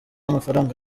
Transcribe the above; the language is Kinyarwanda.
amafaranga